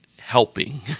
helping